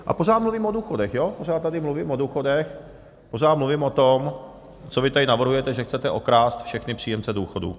A pořád mluvím o důchodech, pořád tady mluvím o důchodech, pořád mluvím o tom, co vy tady navrhujete, že chcete okrást všechny příjemce důchodů.